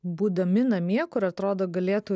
būdami namie kur atrodo galėtų